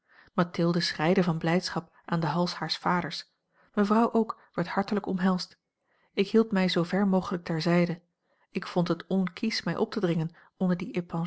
mathilde schreide van blijdschap aan den hals haars vaders mevrouw ook werd hartelijk omhelsd ik hield mij zoover mogelijk terzijde ik vond het onkiesch mij op te dringen onder die